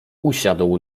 usiadł